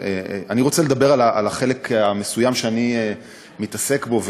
אני רוצה לדבר על החלק המסוים שאני מתעסק בו,